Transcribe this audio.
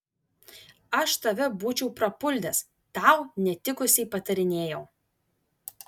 aš tave būčiau prapuldęs tau netikusiai patarinėjau